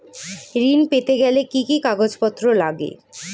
ঋণ পেতে গেলে কি কি কাগজপত্র লাগে?